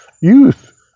youth